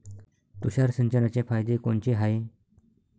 तुषार सिंचनाचे फायदे कोनचे हाये?